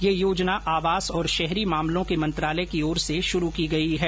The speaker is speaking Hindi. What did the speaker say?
यह योजना आवास और शहरी मामलों के मंत्रालय की ओर से शुरू की गई है